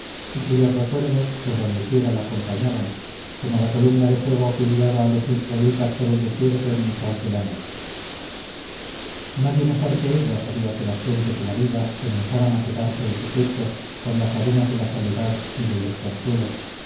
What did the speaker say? y cuyos recuerdos por donde quiera la acompañaban como la columna de fuego que guiaba a los israelitas por el desierto en mitad de la noche nadie mejor que ella sabía que las fuentes de la vida comenzaban a cegarse en su pecho con las arenas de la soledad y del desconsuelo